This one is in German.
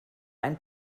ein